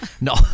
No